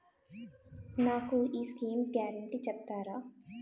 నాకు ఈ schemes guarantee చెప్తారా?